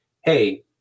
hey